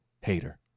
hater